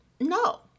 no